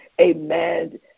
amen